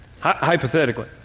hypothetically